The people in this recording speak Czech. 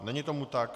Není tomu tak.